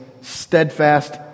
steadfast